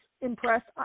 impressed